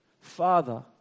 Father